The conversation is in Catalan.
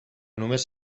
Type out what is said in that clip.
només